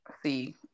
See